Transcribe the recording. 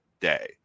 day